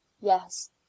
yes